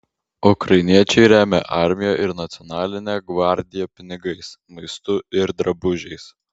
ukrainiečiai remia armiją ir nacionalinę gvardiją pinigais maistu ir drabužiais